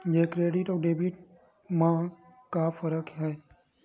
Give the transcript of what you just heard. ये क्रेडिट आऊ डेबिट मा का फरक है?